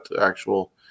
actual